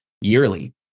yearly